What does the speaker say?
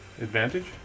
Advantage